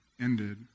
ended